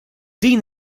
din